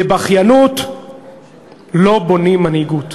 בבכיינות לא בונים מנהיגות.